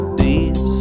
deep